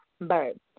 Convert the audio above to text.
Bird